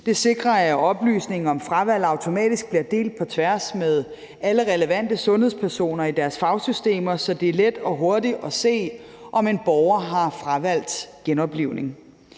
Det sikrer, at oplysningen om fravalg automatisk bliver delt på tværs med alle relevante sundhedspersoner i deres fagsystemer, så det er let og hurtigt at se, om en borger har fravalgt genoplivning.